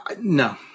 no